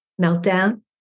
meltdown